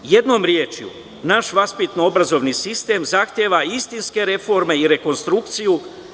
Jednom rečju, naš vaspitno obrazovni sistem zahteva istinske reforme i rekonstrukciju.